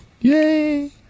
Yay